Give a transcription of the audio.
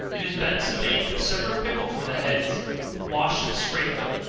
it is best to make a separate pickle for the heads wash and scrape them,